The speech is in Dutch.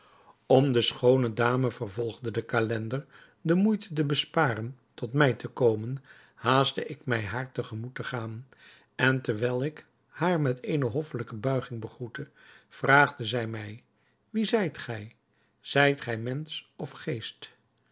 om de schoone dame vervolgde de calender de moeite te besparen tot mij te komen haastte ik mij haar te gemoet te gaan en terwijl ik haar met eene hoffelijke buiging begroette vraagde zij mij wie zijt gij zijt gij mensch of geest